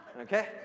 Okay